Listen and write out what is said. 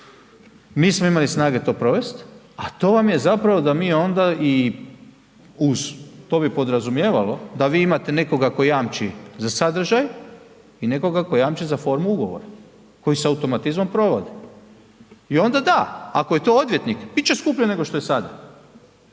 nismo imali snage to provest a to vam je zapravo da mi onda i uz to bi podrazumijevalo da vi imate nekoga tko jamči za sadržaj i nekoga tko jamči za formu ugovora, koji se automatizmom provodi. I onda, da, ako je to odvjetnik, bit će skuplje nego što je sada